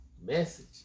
Message